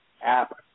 app